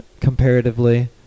comparatively